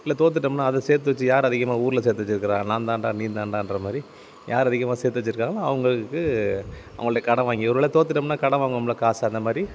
இல்லை தோத்துட்டோம்னா அதை சேர்த்து வச்சு யார் அதிகமாக ஊரில் சேர்த்து வச்சிருக்கிறா நான்தான்டா நீதான்டான்கிறமாரி யார் அதிகமாக சேர்த்து வச்சிருக்காங்களோ அவங்களுக்கு அவங்கள்ட கடன் வாங்கி ஒரு வேலை தோத்துட்டோம்னா கடன் வாங்குவோம்ல காசு அந்தமாதிரி